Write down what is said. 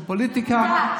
כל יום יש דברים חדשים.